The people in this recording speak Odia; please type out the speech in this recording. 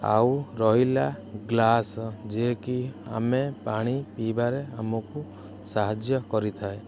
ଆଉ ରହିଲା ଗ୍ଲାସ୍ ଯିଏ କି ଆମେ ପାଣି ପିଇବାରେ ଆମକୁ ସାହାଯ୍ୟ କରିଥାଏ